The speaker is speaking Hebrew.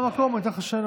מהמקום אני נותן לך שאלה.